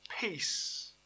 peace